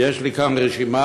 ויש לי כאן רשימה,